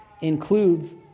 includes